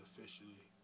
Officially